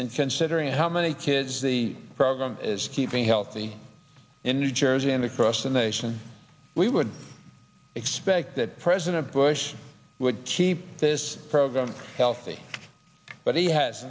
considering how many kids the program is keeping healthy in new jersey and across the nation we would expect that president bush would keep this program healthy but he has